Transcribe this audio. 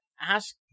ask